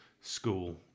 School